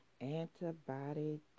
antibody